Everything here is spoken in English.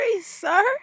sir